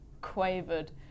quavered